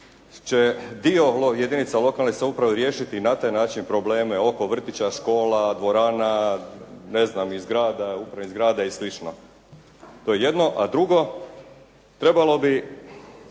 će dio jedinica lokalne samouprave riješiti na taj način probleme oko vrtića, škola, dvorana, ne znam, i zgrada, upravnih zgrada i slično. To je jedno. A drugo, trebalo bi